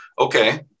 okay